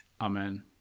amen